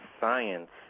science